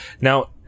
Now